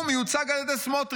הוא מיוצג על ידי סמוטריץ''.